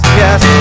yes